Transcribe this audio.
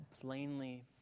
plainly